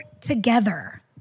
together